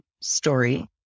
story